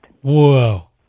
Whoa